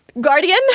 guardian